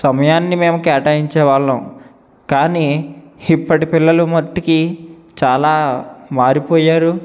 సమయాన్ని మేము కేటాయించే వాళ్ళం కానీ ఇప్పటి పిల్లలు మట్టికి చాలా మారిపోయారు